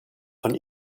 von